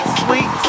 sweet